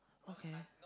okay